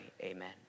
amen